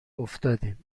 افتادیم